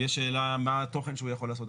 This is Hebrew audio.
יש שאלה מה התוכן שהוא יכול לעשות.